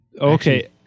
okay